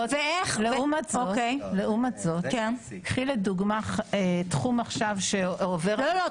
לעומת זאת קחי לדוגמה תחום של --- לא, לא.